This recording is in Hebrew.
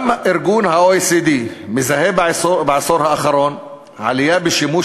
גם ה-OECD מזהה בעשור האחרון עלייה בשימוש